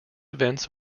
events